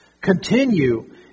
Continue